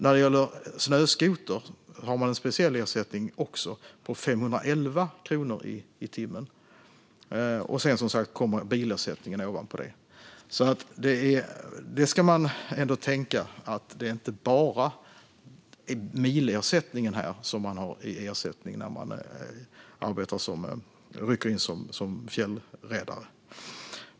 När det gäller snöskoter har man också en speciell ersättning på 511 kronor i timmen. Ovanpå detta tillkommer bilersättningen. Man ska alltså tänka på att det inte bara är milersättning man har när man rycker in som fjällräddare.